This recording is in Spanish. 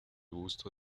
gusto